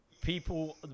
People